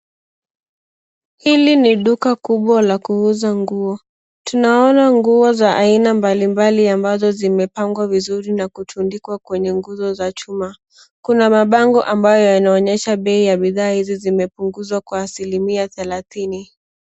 Hili ni duka kubwa la kuuza nguo, Tunaona nguo za aina mbalimbali ambazo zimepangwa vizuri na kutundikwa kwenye nguzo za chuma. Kuna mabango ambayo yanaonyesha bei ya bidhaa hizi zimepunguzwa kwa asilimia thelathini.